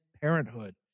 parenthood